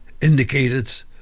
indicated